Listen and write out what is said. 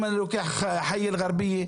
אם אני לוקח חייה אלג'ארביה,